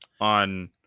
on